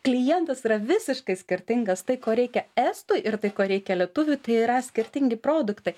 klientas yra visiškai skirtingas tai ko reikia estui ir tai ko reikia lietuviui tai yra skirtingi produktai